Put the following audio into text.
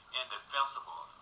indefensible